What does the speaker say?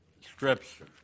Scripture